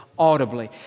audibly